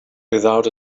without